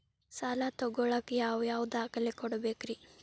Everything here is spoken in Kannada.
ಸಾಲ ತೊಗೋಳಾಕ್ ಯಾವ ಯಾವ ದಾಖಲೆ ಕೊಡಬೇಕ್ರಿ?